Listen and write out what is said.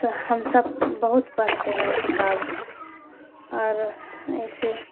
ہم سب بہت پڑھتے ہیں وہ کتاب اور ایسے